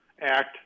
Act